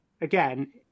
again